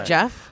Jeff